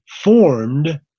formed